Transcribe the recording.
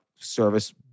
service